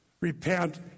Repent